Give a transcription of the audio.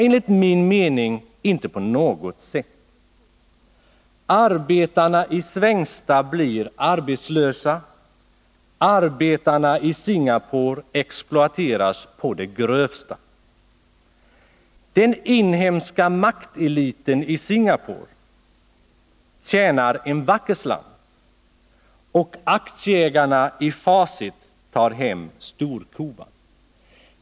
Enligt min mening inte på något sätt. Arbetarna i Svängsta blir arbetslösa, arbetarna i Singapore exploateras på det grövsta. Den inhemska makteliten i Singapore tjänar en vacker slant, och aktieägarna i Facit tar hem storkovan.